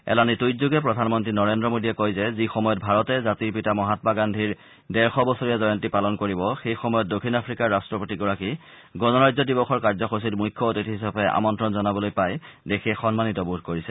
এলানি টুইট যোগে প্ৰধানমন্ত্ৰী নৰেন্দ্ৰ মোদীয়ে কয় যে যিসময়ত ভাৰতে জাতিৰ পিতা মহামা গান্ধী ডেৰশ বছৰীয়া জয়ন্তী পালন কৰিব সেই সময়ত দক্ষিণ আফ্ৰিকাৰ ৰাট্টপতিগৰাকী গণৰাজ্য দিৱসৰ কাৰ্যসূচীত মুখ্য অতিথি হিচাপে আমন্ত্ৰণ জনাবলৈ পাই দেশে সন্মানিত বোধ কৰিছে